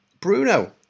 Bruno